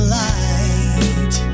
light